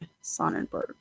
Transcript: Sonnenberg